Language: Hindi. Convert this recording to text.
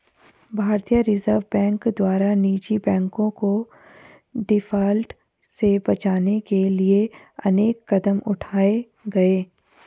भारतीय रिजर्व बैंक द्वारा निजी बैंकों को डिफॉल्ट से बचाने के लिए अनेक कदम उठाए गए